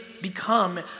become